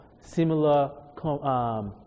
similar